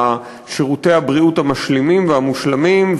שירותי הבריאות המשלימים והמושלמים,